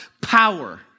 power